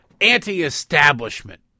anti-establishment